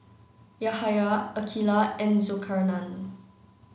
Yahaya Aqilah and Zulkarnain